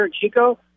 Chico